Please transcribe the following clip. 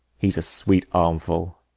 he s a sweet armful.